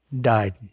died